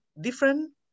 different